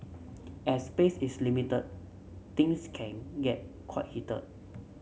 as space is limited things can get quite heated